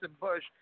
Bush